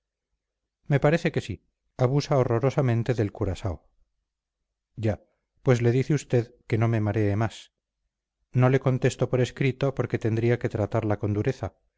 me parece que sí abusa horrorosamente del curaao ya pues le dice usted que no me maree más no le contesto por escrito porque tendría que tratarla con dureza